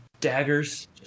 daggers